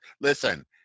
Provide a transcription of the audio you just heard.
Listen